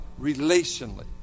relationally